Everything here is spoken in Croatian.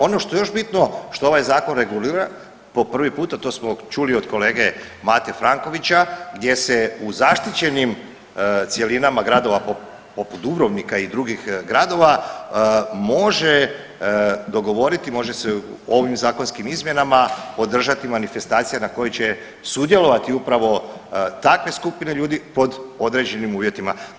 Ono što je još bitno što ovaj regulira po prvi puta, to smo čuli od kolege Mate Frankovića gdje se u zaštićenim cjelinama gradova poput Dubrovnika i drugih gradova može dogovoriti, može se ovim zakonskim izmjenama održati manifestacija na kojoj će sudjelovati upravo takve skupine ljudi pod određenim uvjetima.